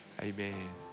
Amen